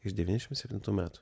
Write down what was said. iš devyniasdešim septintų metų